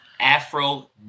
afro